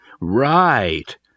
Right